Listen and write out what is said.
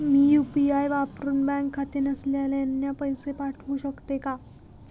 मी UPI वापरुन bank खाते नसलेल्यांना पैसे पाठवू शकते का?